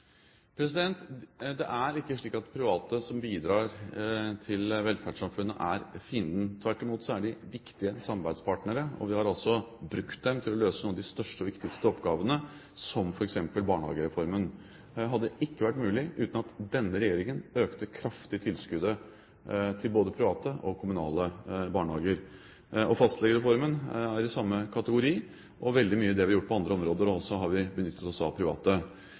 Det er ikke slik at private som bidrar til velferdssamfunnet, er fienden. Tvert imot er de viktige samarbeidspartnere. Vi har også brukt dem til å løse noen av de største og viktigste oppgavene, som f.eks. barnehagereformen. Det hadde ikke vært mulig uten at denne regjeringen økte kraftig tilskuddet til både private og kommunale barnehager. Fastlegereformen er i samme kategori. I veldig mye av det vi har gjort på andre områder, har vi også benyttet oss av private.